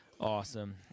Awesome